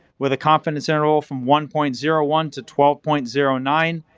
with a confidence interval from one point zero one to twelve point zero nine,